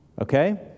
Okay